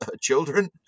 children